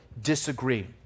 disagree